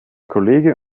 kollege